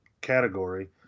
category